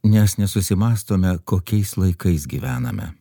nes nesusimąstome kokiais laikais gyvename